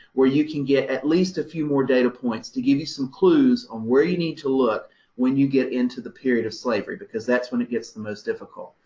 where you can get at least a few more data points, to give you some clues on where you need to look when you get into the period of slavery, because that's when it gets the most difficult.